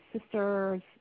sister's